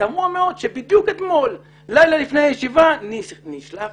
תמוה מאוד שבדיוק אתמול, לילה לפני הישיבה, נשלח